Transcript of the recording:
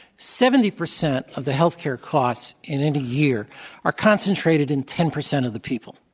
seventy percent of the healthcare costs in any year are concentrated in ten percent of the people.